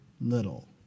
little